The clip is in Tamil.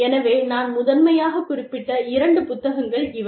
எனவே நான் முதன்மையாக குறிப்பிட்ட இரண்டு புத்தகங்கள் இவை